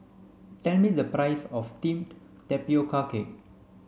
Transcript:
me the price of teamed tapioca cake